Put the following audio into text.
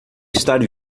estar